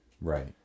Right